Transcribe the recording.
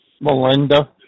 Melinda